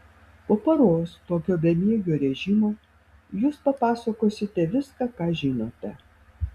po paros tokio bemiegio režimo jūs papasakosite viską ką žinote